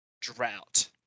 drought